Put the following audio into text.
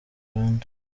rwanda